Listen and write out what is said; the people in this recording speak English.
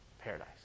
paradise